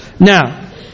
Now